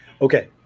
Okay